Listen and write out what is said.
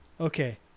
Okay